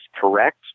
correct